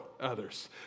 others